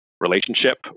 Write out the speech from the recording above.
relationship